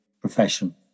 profession